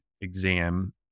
exam